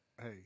Hey